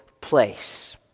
place